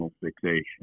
fixation